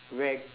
whacked